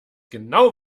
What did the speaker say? genau